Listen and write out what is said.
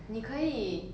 你可以